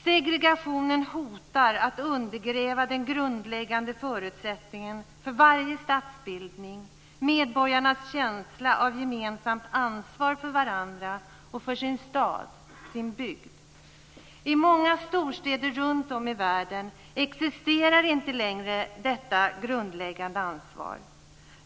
Segregationen hotar att undergräva den grundläggande förutsättningen för varje stadsbildning, medborgarnas känsla av gemensamt ansvar för varandra och för sin stad, sin bygd. I många storstäder runt om i världen existerar inte längre detta grundläggande ansvar.